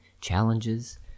challenges